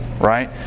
Right